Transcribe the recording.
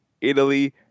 Italy